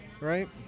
right